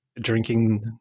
drinking